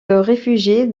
réfugiés